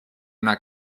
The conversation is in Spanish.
una